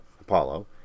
Apollo